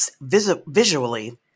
visually